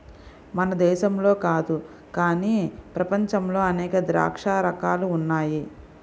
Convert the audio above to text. మన దేశంలో కాదు గానీ ప్రపంచంలో అనేక ద్రాక్ష రకాలు ఉన్నాయి